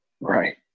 Right